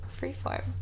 freeform